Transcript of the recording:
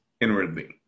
inwardly